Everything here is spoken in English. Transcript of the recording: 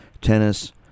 tennis